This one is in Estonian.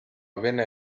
vene